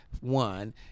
one